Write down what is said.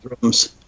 drums